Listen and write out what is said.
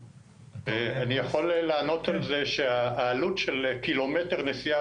אני יכול לענות על זה שהעלות של קילומטר נסיעה